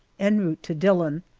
en route to dillon,